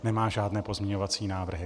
Nemá žádné pozměňovací návrhy.